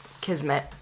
Kismet